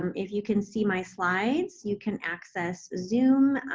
um if you can see my slides, you can access zoom,